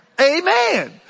Amen